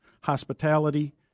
hospitality